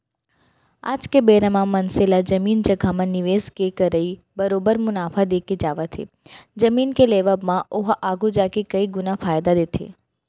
आज के बेरा म मनसे ला जमीन जघा म निवेस के करई बरोबर मुनाफा देके जावत हे जमीन के लेवब म ओहा आघु जाके कई गुना फायदा देथे